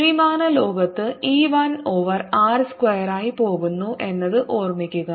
ത്രിമാന ലോകത്ത് E 1 over r സ്ക്വയറായി പോകുന്നു എന്നത് ഓർമ്മിക്കുക